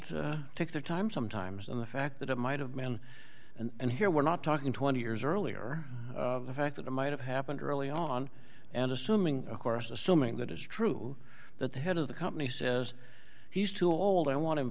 people take their time sometimes and the fact that it might have been and here we're not talking twenty years earlier the fact that it might have happened early on and assuming of course assuming that is true that the head of the company says he's too old i want him